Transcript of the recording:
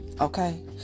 okay